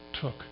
took